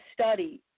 study